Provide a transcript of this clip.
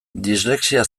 dislexia